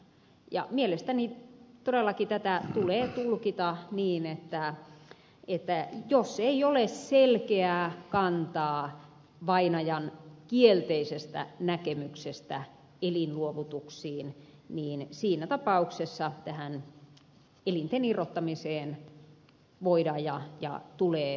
ja mielestäni todellakin tätä tulee tulkita niin että jos ei ole selkeää kantaa vainajan kielteisestä näkemyksestä elinluovutuksiin niin siinä tapauksessa tähän elinten irrottamiseen voidaan ja tulee viivyttelemättä ryhtyä